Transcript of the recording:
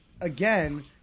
again